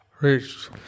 reached